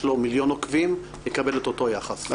לו מיליון עוקבים יקבל את אותו יחס.